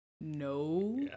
No